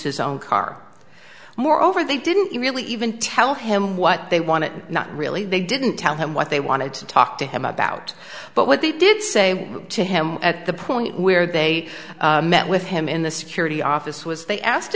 his own car moreover they didn't really even tell him what they wanted not really they didn't tell him what they wanted to talk to him about but what they did say to him at the point where they met with him in the security office was they asked